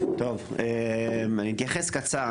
טוב, אתייחס בקצרה.